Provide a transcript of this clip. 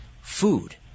food